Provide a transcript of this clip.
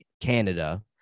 Canada